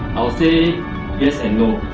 i'll say yes and no!